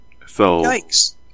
Yikes